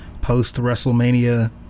post-WrestleMania